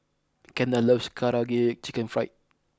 Kendal loves Karaage Chicken Fried